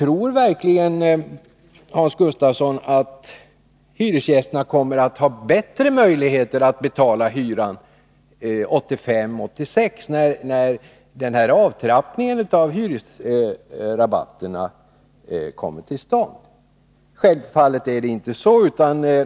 Tror verkligen Hans Gustafsson att hyresgästerna kommer att ha större möjligheter att betala hyran 1985-1986, när denna avtrappning av hyresrabatterna kommer till stånd? Självfallet är det inte så.